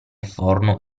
forno